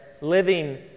living